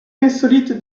insolite